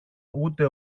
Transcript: ούτε